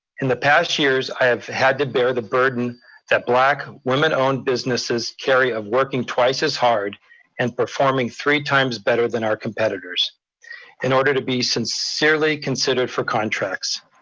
in the past years i have had the bear the burden that black, women-owned businesses carry on working twice as hard and performing three times better than our competitors in order to be sincerely considered for contracts.